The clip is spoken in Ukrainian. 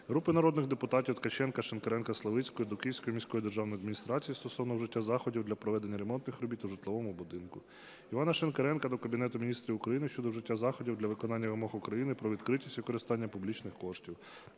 Групи народних депутатів (Ткаченка, Шинкаренка, Славицької) до Київської міської державної адміністрації стосовно вжиття заходів для проведення ремонтних робіт у житловому будинку. Івана Шинкаренка до Кабінету Міністрів України щодо вжиття заходів для виконання вимог України "Про відкритість використання публічних коштів".